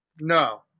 No